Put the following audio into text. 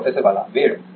professor Bala वेळ